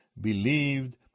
believed